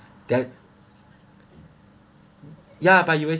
that ya but you always